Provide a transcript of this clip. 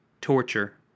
Torture